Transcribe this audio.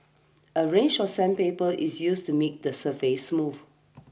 a range of sandpaper is used to make the surface smooth